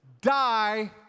die